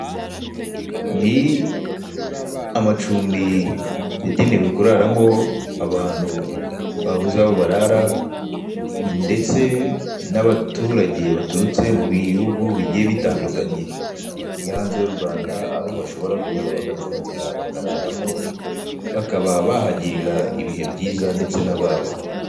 Mu nzu nini cyane hasize irange ry'umweru. Muri iyi nzu harimo intebe zigezweho, zifite amabara y'umutuku ndetse n'icyatsi cyijimye. Harimo kandi ameza, akabati, n'ibindi bikoresho byo mu nzu.